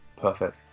Perfect